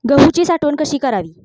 गहूची साठवण कशी करावी?